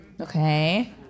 Okay